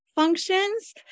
Functions